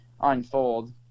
unfold